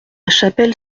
chapelle